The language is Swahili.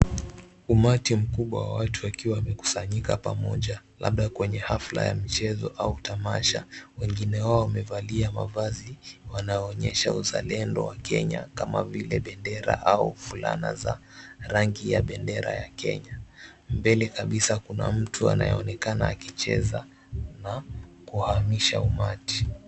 Umati mkubwa wa watu wakiwa wamekusanyika pamoja. Labda kwenye hafla ya mchezo au tamasha. Wengine wao wamevaa mavazi wanaonyesha uzalendo wa Kenya kama vile bendera au fulana za rangi ya bendera ya Kenya. Mbele kabisa kuna mtu anayeonekana akicheza na kuhamisha umati.